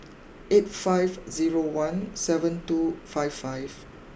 eight five zero one seven two five five